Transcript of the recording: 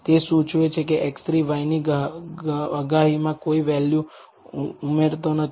તે સૂચવે છે કે x3 y ની આગાહીમાં કોઈ વેલ્યુ ઉમેરતો નથી